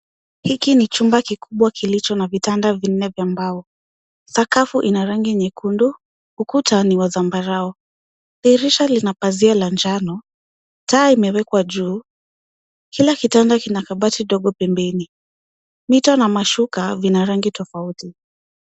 Hiki ni chumba kikubwa kilicho na vitanda vinne vya mbao. Sakafu ina rangi nyekundu, ukuta ni wa zambarau. Dirisha lina pazia la njano, taa imewekwa juu. Kila kitanda kina kabati ndogo pembeni. Mito na mashuka vina rangi tofauti.